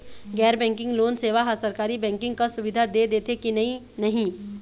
गैर banking loan सेवा हा सरकारी बैंकिंग कस सुविधा दे देथे कि नई नहीं?